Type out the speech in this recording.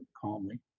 calmly